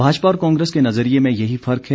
भाजपा और कांग्रेस के नज़रिए में यही फर्क है